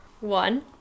One